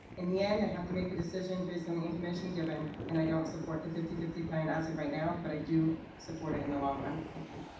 in the end, i have to make a decision based on the information given, and i don't support the fifty fifty plan as of right now, but i do support it in the long run. thank you.